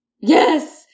Yes